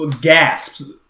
gasps